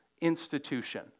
institution